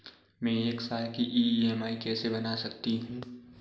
मैं एक साल की ई.एम.आई कैसे बना सकती हूँ?